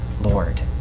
Lord